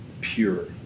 pure